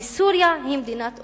כי סוריה היא מדינית אויב,